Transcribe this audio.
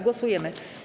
Głosujemy.